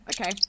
Okay